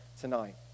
tonight